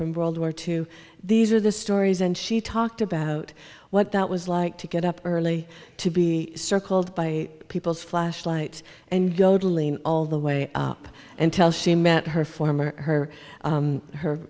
from world war two these are the stories and she talked about what that was like to get up early to be circled by people's flashlights and go dalene all the way up until she met her former her